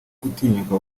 gutinyuka